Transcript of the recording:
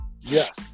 Yes